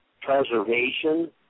preservation